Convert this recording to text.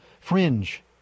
Fringe